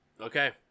okay